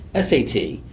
SAT